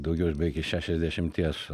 daugiau iš beveik iš šešiasdešimties